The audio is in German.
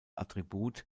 attribut